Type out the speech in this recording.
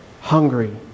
hungry